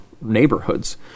neighborhoods